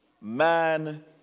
Man